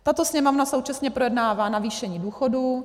Tato Sněmovna současně projednává navýšení důchodů.